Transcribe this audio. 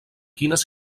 quines